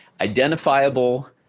Identifiable